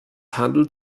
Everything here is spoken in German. handelt